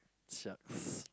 shucks